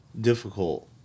difficult